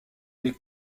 les